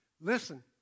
listen